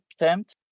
attempt